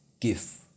give